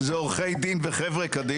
הדבר היחיד שיש פה זה עורכי דין וחברה קדישא,